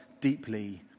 deeply